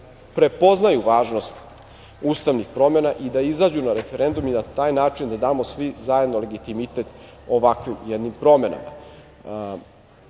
prepoznaju važnost ustavnih promena i da izađu na referendum i na taj način da damo svi zajedno legitimitet ovakvim jednim promenama.